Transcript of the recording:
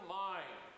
mind